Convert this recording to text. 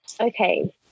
okay